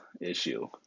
issue